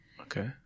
okay